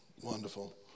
Wonderful